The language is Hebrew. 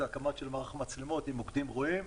הקמה של מערך המצלמות עם מוקדים רואים.